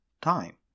time